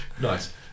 Nice